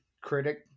critic